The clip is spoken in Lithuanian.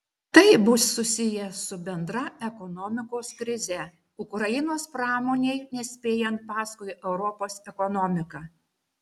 tai bus susiję su bendra ekonomikos krize ukrainos pramonei nespėjant paskui europos ekonomiką